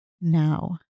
now